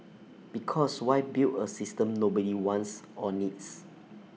because why build A system nobody wants or needs